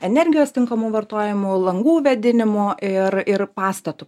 energijos tinkamu vartojimu langų vėdinimu ir ir pastatu